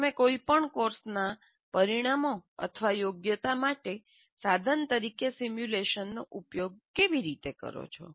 તમે કોઈપણ કોર્સના પરિણામો અથવા યોગ્યતા માટે સાધન તરીકે સિમ્યુલેશનનો ઉપયોગ કેવી રીતે કરો છો